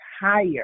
higher